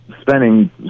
spending